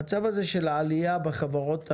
המצב הזה, של הגידול במספר החברות הללו,